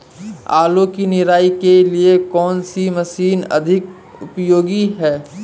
आलू की निराई के लिए कौन सी मशीन अधिक उपयोगी है?